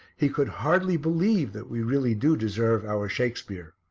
he could hardly believe that we really do deserve our shakespeare.